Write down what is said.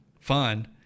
fun